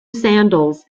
sandals